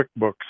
quickbooks